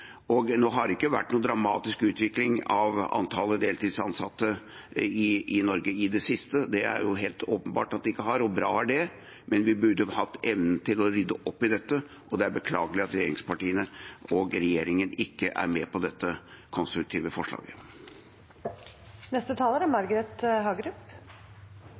helt åpenbart at det ikke har, og bra er det – men vi burde hatt evnen til å rydde opp i dette. Det er beklagelig at regjeringspartiene og regjeringen ikke er med på dette konstruktive forslaget. Jeg må bare si at det er